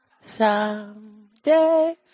Someday